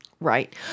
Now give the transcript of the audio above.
Right